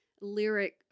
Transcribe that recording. lyric